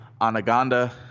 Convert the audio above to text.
Anaganda